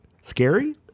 Scary